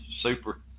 super